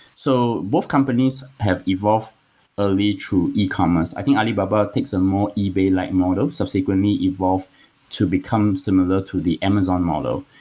so both companies have evolved early through ecommerce. i think alibaba takes a more ebay-like model, subsequently evolved to become similar to the amazon model,